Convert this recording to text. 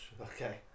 okay